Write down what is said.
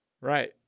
right